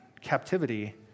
captivity